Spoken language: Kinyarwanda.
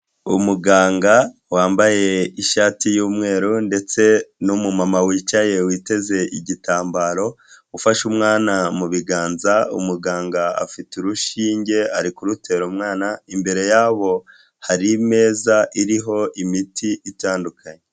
Umuganga wambaye ishati y'umweru ndetse n'umumawicaye witeze igitambaro, ufashe umwana mu biganza, umuganga afite urushinge ari kurutera umwana imbere yabo hari ameza ariho imiti itandukanye.